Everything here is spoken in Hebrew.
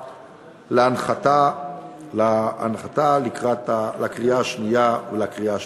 להנחתה לקריאה שנייה ולקריאה שלישית.